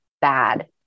bad